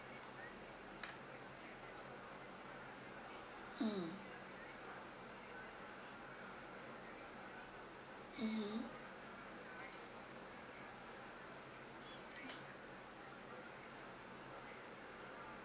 mm mmhmm